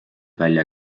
välja